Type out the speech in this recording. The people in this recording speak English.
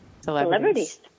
Celebrities